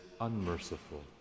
unmerciful